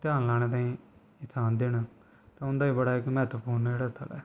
ध्यान लानै ताहीं इत्थै औंदे न ते उं'दा बी बड़ा इक म्हत्तवपूर्ण जेह्ड़ा स्थल ऐ